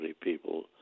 people